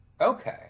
Okay